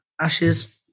Ashes